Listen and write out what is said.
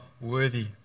worthy